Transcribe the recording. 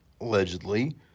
allegedly